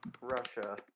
Russia